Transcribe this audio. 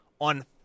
on